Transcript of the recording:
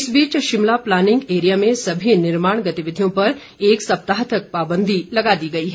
इस बीच Shimla planning area में सभी निर्माण गतिविधियों पर एक सप्ताह तक पाबंदी लगा दी गई है